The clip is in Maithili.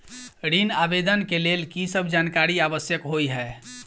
ऋण आवेदन केँ लेल की सब जानकारी आवश्यक होइ है?